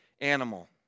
animal